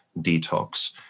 detox